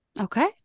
okay